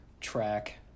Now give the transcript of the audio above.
track